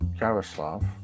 Jaroslav